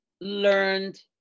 learned